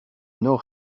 nord